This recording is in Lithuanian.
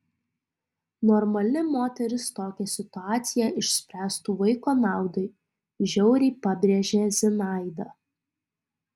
normali moteris tokią situaciją išspręstų vaiko naudai žiauriai pabrėžė zinaida